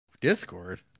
Discord